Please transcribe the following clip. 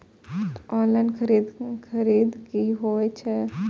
Online खरीद की होए छै?